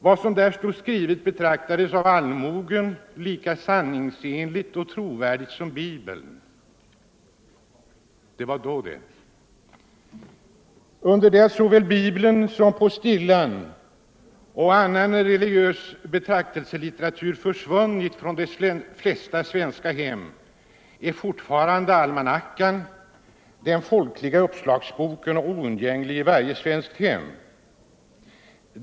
Vad som där stod skrivet betraktades av allmogen som lika sanningsenligt och trovärdigt som Bibeln. Det var då det. Under det att såväl Bibeln som postillan och annan religiös betraktelselitteratur försvunnit, som ständig läsning, från de flesta svenska hem, är fortfarande almanackan den folkliga uppslagsboken och oundgänglig i varje svenskt hem.